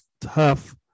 tough